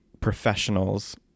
professionals